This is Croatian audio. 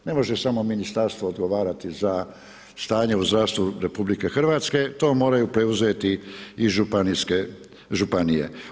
Ne može samo ministarstvo odgovarati za stanje u zdravstvu RH, to moraju preuzeti i županije.